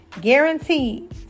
guaranteed